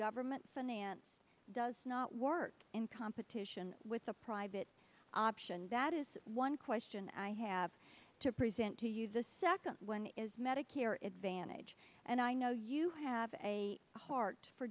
government finance does not work in competition with a private option that is one question i have to present to you the second one is medicare advantage and i know you have a heart for